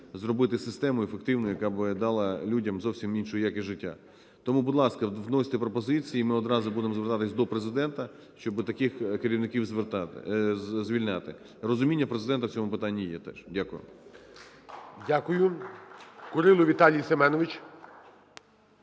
зробити систему ефективною, яка би дала людям зовсім іншу якість життя. Тому, будь ласка, вносьте пропозиції, ми відразу будемо звертатися до Президента, щоб таких керівників звільняти. Розуміння Президента в цьому питанні є. Так що дякую.